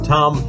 Tom